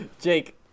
Jake